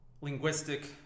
linguistic